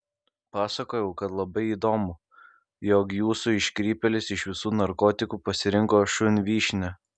pasakojau kad labai įdomu jog jūsų iškrypėlis iš visų narkotikų pasirinko šunvyšnę